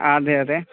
ആ അതേ അതേ